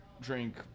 drink